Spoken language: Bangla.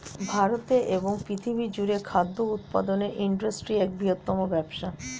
ভারতে এবং পৃথিবী জুড়ে খাদ্য উৎপাদনের ইন্ডাস্ট্রি এক বৃহত্তম ব্যবসা